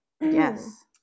Yes